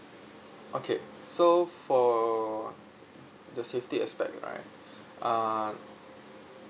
okay so for the safety aspect right uh